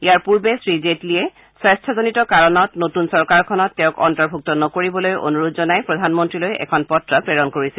ইয়াৰ পূৰ্বে শ্ৰীজেটলীয়ে স্বাস্থ্যজনিত কাৰণত নতুন চৰকাৰখনত তেওঁক অন্তৰ্ভুক্ত নকৰিবলৈ অনুৰোধ জনাই প্ৰধানমন্ত্ৰীলৈ এখন পত্ৰ প্ৰেৰণ কৰিছিল